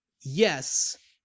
yes